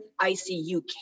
ICU